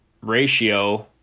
ratio